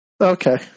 Okay